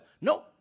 No